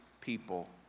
people